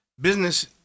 business